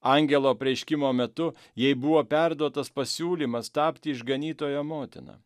angelo apreiškimo metu jai buvo perduotas pasiūlymas tapti išganytojo motina